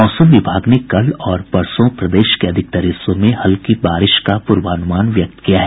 मौसम विभाग ने कल और परसों प्रदेश के अधिकांश हिस्सों में हल्की बारिश का पूर्वानुमान व्यक्त किया है